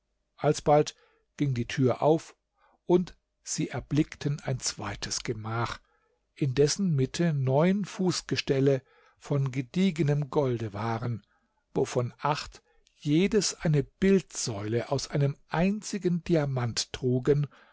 alsbald ging die tür auf und sie erblickten ein zweites gemach in dessen mitte neun fußgestelle von gediegenem golde waren wovon acht jedes eine bildsäule aus einem einzigen diamant trugen